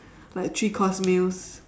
like three course meals